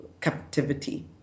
captivity